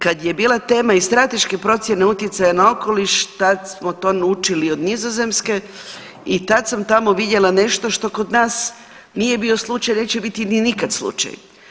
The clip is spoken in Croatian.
Kada je bila tema i strateške procjene utjecaja na okoliš tada smo to naučili od Nizozemske i tada sam tamo vidjela nešto što kod nas nije bio slučaj i neće biti nikada slučaj.